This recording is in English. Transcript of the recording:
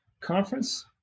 conference